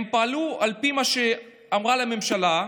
הם פעלו על פי מה שאמרה להם הממשלה,